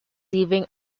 living